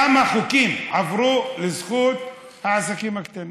כמה חוקים עברו לזכות העסקים הקטנים?